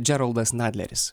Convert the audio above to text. džeroldas nadleris